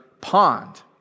pond